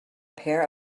pair